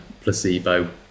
placebo